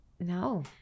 No